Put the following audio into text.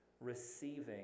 receiving